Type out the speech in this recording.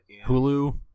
Hulu